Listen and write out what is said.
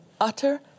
utter